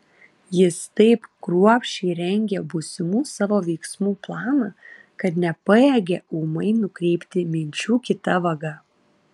jis taip kruopščiai rengė būsimų savo veiksmų planą kad nepajėgė ūmai nukreipti minčių kita vaga